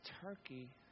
Turkey